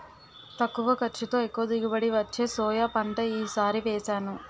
తక్కువ ఖర్చుతో, ఎక్కువ దిగుబడి వచ్చే సోయా పంట ఈ సారి వేసాను